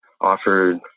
offered